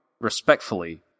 respectfully